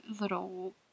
little